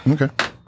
Okay